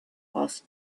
asked